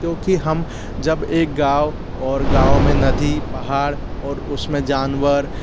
क्योंकि हम जब एक गाँव और गाँव में नदी पहाड़ और उसमें जानवर